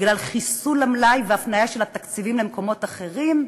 בגלל חיסול המלאי והפניה של התקציבים למקומות אחרים,